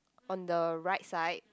on the right side